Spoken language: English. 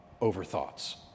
over-thoughts